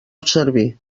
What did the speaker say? servir